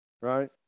right